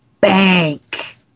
bank